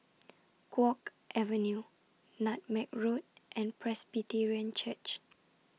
Guok Avenue Nutmeg Road and Presbyterian Church